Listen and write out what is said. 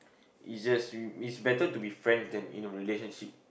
is just i~ it's better to be friend than in a relationship